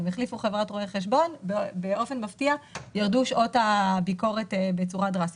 החליפו חברת רואי חשבון ובאופן מפתיע ירדו שעות הביקורת בצורה דרסטית.